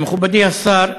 מכובדי השר,